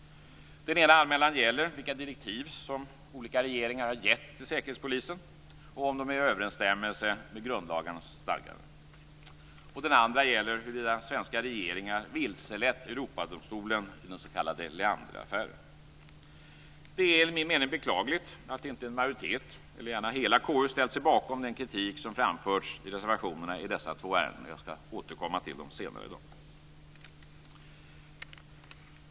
Den ena anmälan gäller vilka direktiv som olika regeringar har gett till Säkerhetspolisen och om de är i överensstämmelse med grundlagarnas stadganden. Den andra anmälan gäller huruvida svenska regeringar vilselett Europadomstolen i den s.k. Leanderaffären. Det är enligt min mening beklagligt att inte en majoritet, gärna hela KU, ställt sig bakom den kritik som framförts i reservationerna i dessa två ärenden. Jag skall återkomma till dem senare i dag.